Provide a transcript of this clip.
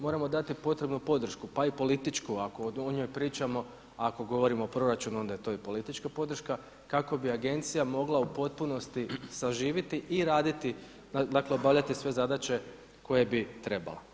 Moramo dati potrebnu podršku pa i političku ako o njoj pričamo ako govorimo o proračunu onda je to i politička podrška kako bi agencija mogla u potpunosti saživiti i raditi dakle obavljati sve zadaće koje bi trebala.